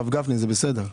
הרב גפני, זה בסדר.